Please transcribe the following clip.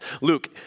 Luke